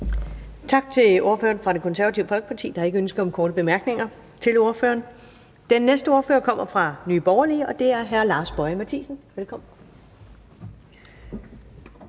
Tak til ordføreren fra Det Konservative Folkeparti. Der er ikke ønske om korte bemærkninger til ordføreren. Den næste ordfører kommer fra Nye Borgerlige, og det er hr. Lars Boje Mathiesen. Velkommen.